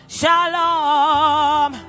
shalom